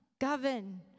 Govern